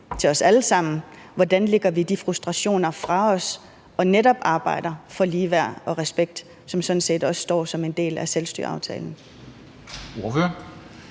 i virkeligheden, hvordan vi lægger de frustrationer fra os og netop arbejder for ligeværd og respekt, som sådan set også står som en del af selvstyreaftalen.